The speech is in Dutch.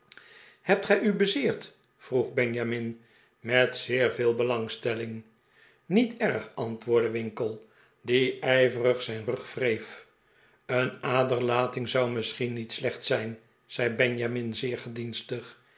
hebt gij u bezeerd vroeg benjamin met zeer veel belangstelling niet erg antwoordde winkle die ijverig zijn rug wreef een aderlating zou misschien niet slecht zijn zei benjamin zeer gedienstig